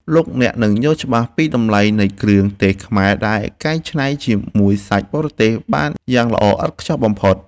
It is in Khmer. លោកអ្នកនឹងយល់ច្បាស់ពីតម្លៃនៃគ្រឿងទេសខ្មែរដែលកែច្នៃជាមួយសាច់បរទេសបានយ៉ាងល្អឥតខ្ចោះបំផុត។